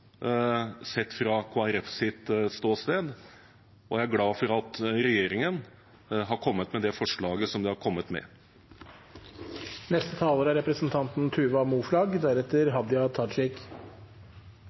sett fra Kristelig Folkepartis ståsted, og jeg er glad for at regjeringen har kommet med det forslaget som den har kommet med. Representanten Tuva Moflag